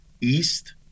East